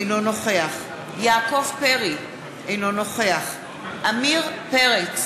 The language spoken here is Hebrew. אינו נוכח יעקב פרי, אינו נוכח עמיר פרץ,